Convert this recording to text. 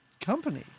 company